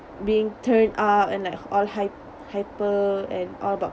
being turned up and like all hype~ hyper and all about